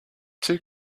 two